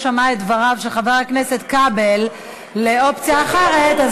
שמעה את דבריו של חבר הכנסת כבל לאופציה אחרת.